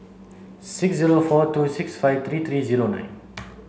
six zero four two six five three three zero nine